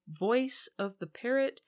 Voiceoftheparrot